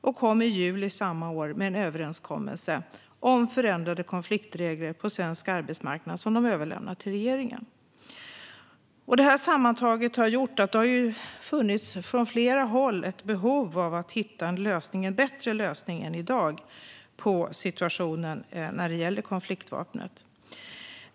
De kom i juli samma år med en överenskommelse om förändrade konfliktregler på svensk arbetsmarknad som de överlämnade till regeringen. Sammantaget har detta gjort att det på flera håll funnits behov av att hitta en bättre lösning än i dag när det gäller konfliktvapnet.